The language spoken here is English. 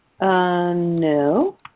No